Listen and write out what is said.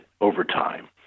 overtime